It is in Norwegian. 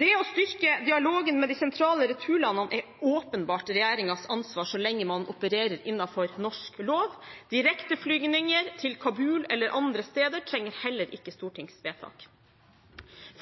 Det å styrke dialogen med de sentrale returlandene er åpenbart regjeringens ansvar så lenge man opererer innenfor norsk lov. Direkteflygninger til Kabul eller andre steder trenger heller ikke stortingsvedtak.